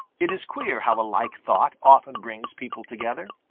it is queer how a like thought often brings people together.